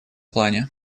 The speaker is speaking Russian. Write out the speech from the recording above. плане